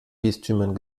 bistümern